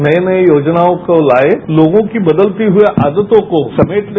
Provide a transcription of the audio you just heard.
नई नई योजनाओं को लाएं लोगों की बदलती हुई आदतों को समेट ले